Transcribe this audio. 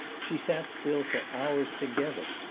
she sat still for hours together,